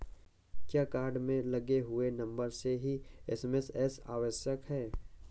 क्या कार्ड में लगे हुए नंबर से ही एस.एम.एस आवश्यक है?